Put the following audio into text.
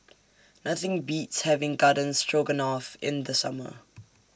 Nothing Beats having Garden Stroganoff in The Summer